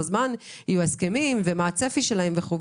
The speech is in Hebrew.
זמן יהיו ההסכמים ומה הצפי שלהם וכו',